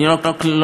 אני לא רק נהנה,